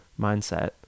mindset